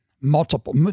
multiple